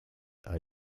are